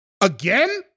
again